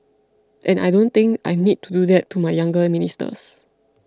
and I don't think I need to do that to my younger ministers